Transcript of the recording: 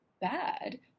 bad